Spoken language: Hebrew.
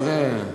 מה זה.